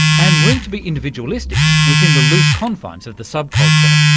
and room to be individualistic within the loose confines of the subculture.